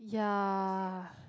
yeah